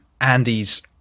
Andy's